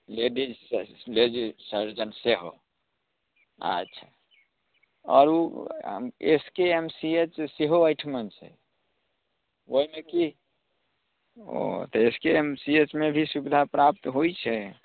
ladies छै ladies surgeon सेहो आच्छा आओर ओ S K M C H सेहो एहिठमन छै ओहिमे की ओ तऽ S K M C H मे भी सुविधा प्राप्त होइ छै